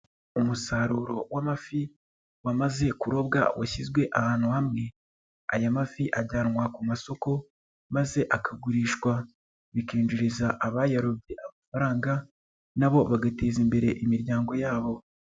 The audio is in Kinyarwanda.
Umusaruro w'amafi wamaze kurobwa washyizwe ahantu hamwe, aya mafi ajyanwa ku masoko maze akagurishwa bikinjiriza abayarobye amafaranga na bo bagateza imbere imiryango yabo.